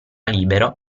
libero